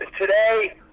today